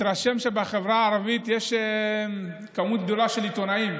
מתרשם שבחברה הערבית יש מספר גדול של עיתונאים,